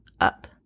up